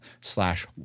slash